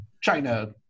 China